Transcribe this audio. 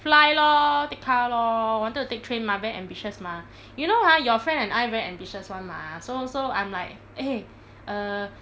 fly lor take car lor wanted to take train mah very ambitious mah you know ah your friend and I very ambitious [one] mah so so I'm like eh err